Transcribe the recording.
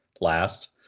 last